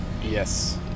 yes